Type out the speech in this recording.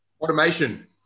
Automation